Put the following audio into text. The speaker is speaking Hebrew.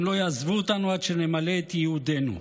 הם לא יעזבו אותנו עד שנמלא את ייעודנו.